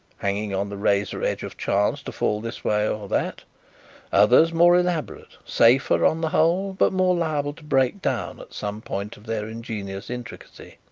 hanging on the razor-edge of chance to fall this way or that others more elaborate, safer on the whole, but more liable to break down at some point of their ingenious intricacy.